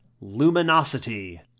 luminosity